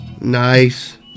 Nice